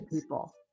people